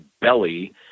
belly